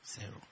Zero